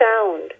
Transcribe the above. sound